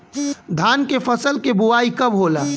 धान के फ़सल के बोआई कब होला?